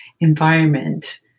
environment